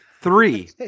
three